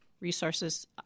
resources